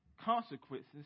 consequences